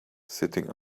sitting